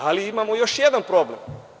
Ali, imamo još jedan problem.